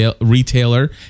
retailer